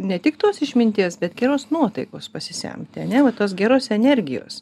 ne tik tos išminties bet geros nuotaikos pasisemti ane va tos geros energijos